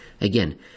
Again